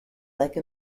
like